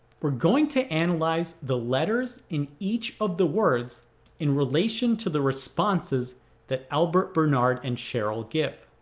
we're going to analyze the letters in each of the words in relation to the responses that albert, bernard, and cheryl give.